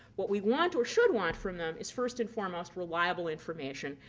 what we want or should want from them is first and foremost reliable information,